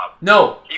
No